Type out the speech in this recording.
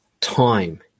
time